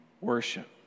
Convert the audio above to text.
worship